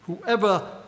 Whoever